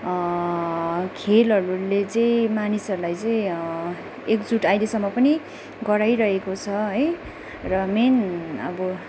खेलहरूले चाहिँ मानिसहरूलाई चाहिँ एकजुट अहिलेसम्म पनि गराइरहेको छ है र मेन अब